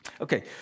Okay